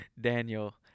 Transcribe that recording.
Daniel